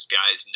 guys